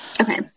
Okay